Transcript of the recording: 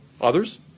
Others